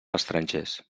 estrangers